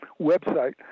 website